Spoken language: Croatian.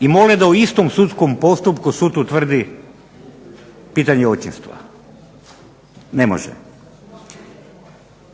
i moli da u istom sudskom postupku sud utvrdi pitanje očinstva. Ne može.